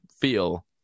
feel